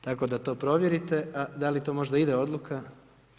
Tako da to provjerite, da li to možda ide odluka?